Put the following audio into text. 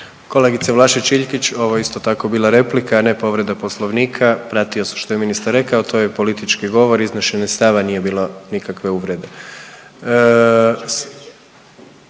Kolegice Vlašić Iljkić ovo je isto tako bila replika, a ne povreda Poslovnika, pratio sam što je ministar rekao to je politički govor, iznošenje stava, nije bilo nikakve uvrede.